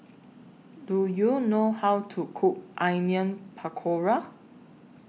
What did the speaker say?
Do YOU know How to Cook Onion Pakora